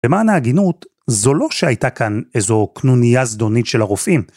למען ההגינות, זו לא שהייתה כאן איזו קנוניה זדונית של הרופאים.